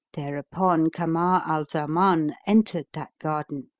thereupon kamar al-zaman entered that garden,